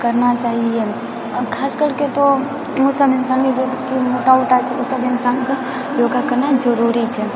करना चाहिए खास करके तऽओ सब इन्सानके जे मोटा उटा छै ओ सब इन्सानके योगा करना जरुरी छै